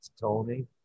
Tony